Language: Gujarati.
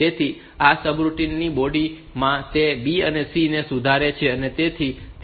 તેથી આ સબરૂટીન ની બોડી માં તે આ B અને C ને સુધારે છે